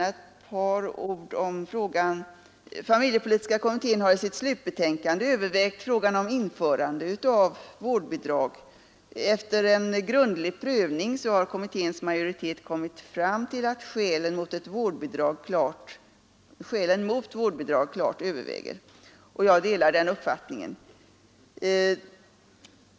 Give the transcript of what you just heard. Familjepolitiska kommittén har i sitt slutbetänkande övervägt frågan om införande av vårdnadsbidrag. Efter en grundlig prövning har kommitténs majoritet kommit fram till att skälen mot vårdnadsbidrag klart överväger, och jag delar den uppfattningen.